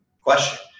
question